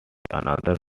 another